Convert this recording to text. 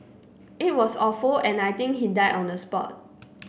it was awful and I think he died on the spot